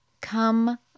come